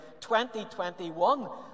2021